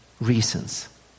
reasons